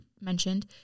mentioned –